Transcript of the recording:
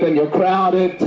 your crowded